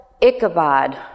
Ichabod